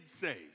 say